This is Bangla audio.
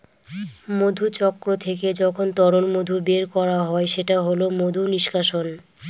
মধুচক্র থেকে যখন তরল মধু বের করা হয় সেটা হল মধু নিষ্কাশন